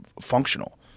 functional